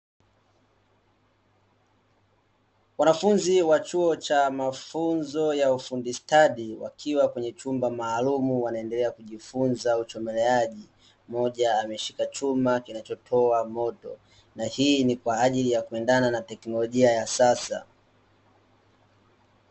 Wanafunzi wa chuo cha mafunzo ya ufundi stadi, wakiwa kwenye chumba maalumu wanaendelea kujifunza uchomeleaji. Mmoja ameshika chuma kinachotoa moto, na hii ni kwa ajili ya kuendana na teknolojia ya sasa.